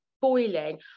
boiling